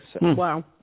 Wow